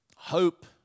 Hope